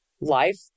life